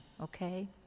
okay